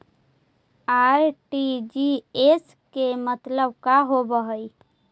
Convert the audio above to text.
RTGS के मतलब का होव हई?